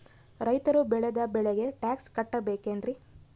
ರೈತರು ಬೆಳೆದ ಬೆಳೆಗೆ ಟ್ಯಾಕ್ಸ್ ಕಟ್ಟಬೇಕೆನ್ರಿ?